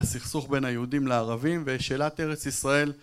הסכסוך בין היהודים לערבים ושאלת ארץ ישראל